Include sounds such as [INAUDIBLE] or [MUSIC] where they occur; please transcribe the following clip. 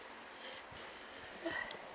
[BREATH]